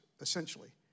essentially